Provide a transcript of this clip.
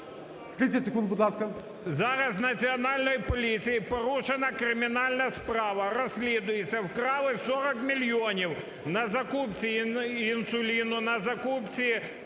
Зараз в Національній поліції порушена кримінальна справа, розслідується, вкрали 40 мільйонів на закупці інсуліну, на закупці